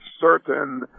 certain